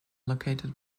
located